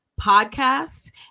podcast